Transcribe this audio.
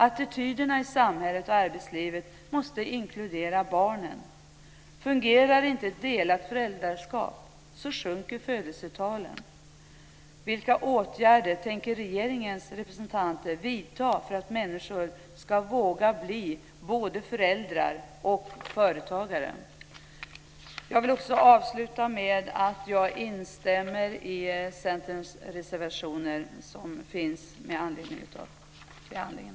Attityderna i samhället och arbetslivet måste inkludera barnen. Fungerar inte ett delat föräldraskap sjunker födelsetalen. Vilka åtgärder tänker regeringen vidta för att människor ska våga bli både föräldrar och företagare? Jag vill avsluta med att instämma i Centerns reservationer med anledning av den här behandlingen.